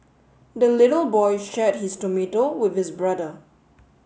the little boy shared his tomato with his brother